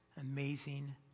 amazing